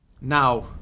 Now